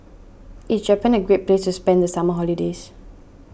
is Japan a great place to spend the summer holidays